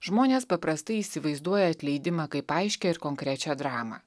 žmonės paprastai įsivaizduoja atleidimą kaip aiškią ir konkrečią dramą